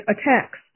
attacks